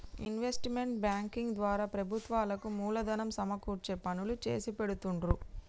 investment banking ద్వారా ప్రభుత్వాలకు మూలధనం సమకూర్చే పనులు చేసిపెడుతుండ్రు